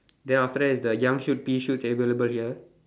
then after that is the young shoots pea shoots available here